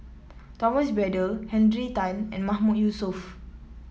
Thomas Braddell Henry Tan and Mahmood Yusof